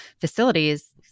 facilities